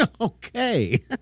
Okay